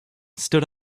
stood